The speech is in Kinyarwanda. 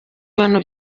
bintu